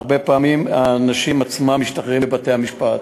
הרבה פעמים האנשים עצמם משתחררים בבתי-המשפט.